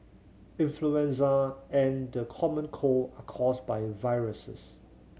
influenza and the common cold are caused by viruses